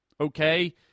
Okay